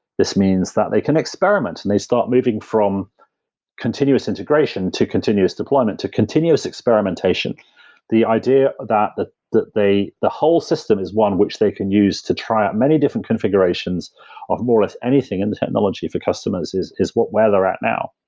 this means that they can experiment and they start moving from continuous integration, to continuous deployment, to continuous experimentation the idea that they the whole system is one which they can use to try out many different configurations of more with anything in the technology for customers is is what where they're at now.